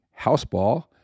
houseball